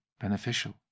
beneficial